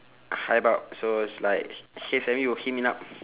hype up so it's like